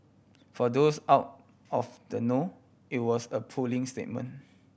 for those out of the know it was a puling statement